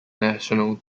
national